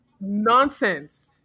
nonsense